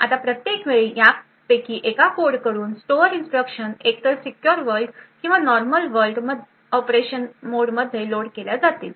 आता प्रत्येक वेळी यापैकी एका कोडकडून स्टोअर इंस्ट्रक्शन एकतर सीक्युर वर्ल्ड किंवा नॉर्मल वर्ल्ड ऑपरेशन मोडमध्ये लोड केल्या जातील